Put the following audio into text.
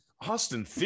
Austin